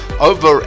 over